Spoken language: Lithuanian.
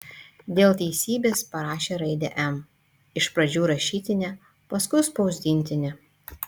dėl teisybės parašė raidę m iš pradžių rašytinę paskui spausdintinę